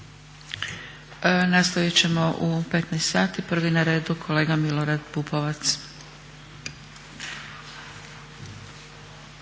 Nastavit ćemo u 15,00 sati, prvi na redu kolega Milorad Pupovac.